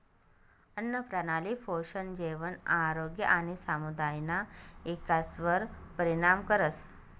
आन्नप्रणाली पोषण, जेवण, आरोग्य आणि समुदायना इकासवर परिणाम करस